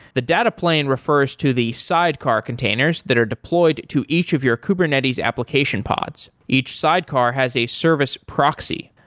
the data plane refers to the sidecar containers that are deployed to each of your kubernetes application pods. each sidecar has a service proxy.